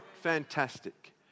Fantastic